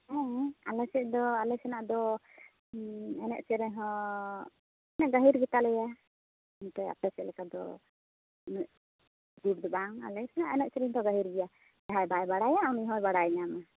ᱦᱮᱸ ᱟᱞᱮ ᱥᱮᱫ ᱫᱚ ᱟᱞᱮ ᱥᱮᱱᱟᱜ ᱫᱚ ᱮᱱᱮᱡ ᱥᱮᱨᱮᱧ ᱦᱚᱸ ᱠᱟᱺᱪ ᱜᱟᱹᱦᱤᱨ ᱜᱮᱛᱟᱞᱮᱭᱟ ᱚᱱᱛᱮ ᱟᱯᱮ ᱥᱮᱫ ᱞᱮᱠᱟ ᱫᱚ ᱩᱱᱟᱹᱜ ᱪᱩᱜᱩᱲ ᱫᱚ ᱵᱟᱝ ᱟᱞᱮ ᱥᱮᱱᱟᱜ ᱮᱱᱮᱡ ᱥᱮᱨᱮᱧ ᱫᱚ ᱜᱟᱹᱦᱤᱨ ᱜᱮᱭᱟ ᱡᱟᱦᱟᱸᱭ ᱵᱟᱭ ᱵᱟᱲᱟᱭᱟ ᱩᱱᱤ ᱦᱚᱸᱭ ᱵᱟᱲᱟᱭ ᱧᱟᱢᱟ